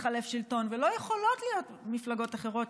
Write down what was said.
להתחלף שלטון ולא יכולות להיות מפלגות אחרות